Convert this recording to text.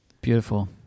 Beautiful